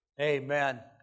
Amen